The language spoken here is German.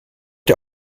der